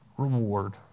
Reward